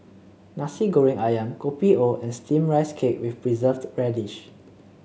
Nasi Goreng ayam Kopi O and steamed Rice Cake with Preserved Radish